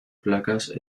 placas